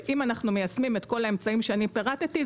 ואם אנחנו מיישמים את כל האמצעים שאני פירטתי,